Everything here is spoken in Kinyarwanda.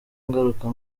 ngaruka